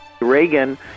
Reagan